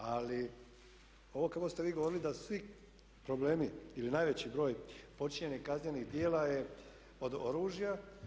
Ali, ovo kako ste vi govorili da svi problemi ili najveći broj počinjenih kaznenih djela je od oružja.